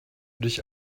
dich